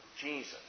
Jesus